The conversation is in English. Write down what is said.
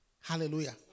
Hallelujah